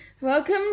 Welcome